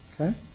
Okay